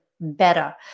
better